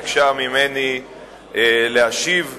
היא ביקשה ממני להשיב עליה.